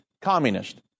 communist